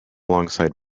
alongside